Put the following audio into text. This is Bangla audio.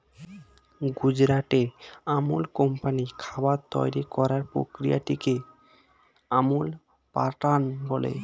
গুজরাটের আমুল কোম্পানির খাবার তৈরি করার প্রক্রিয়াটিকে আমুল প্যাটার্ন বলে